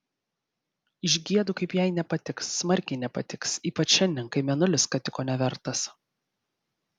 išgiedu kaip jai nepatiks smarkiai nepatiks ypač šiandien kai mėnulis skatiko nevertas